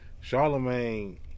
Charlemagne